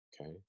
okay